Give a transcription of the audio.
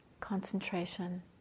concentration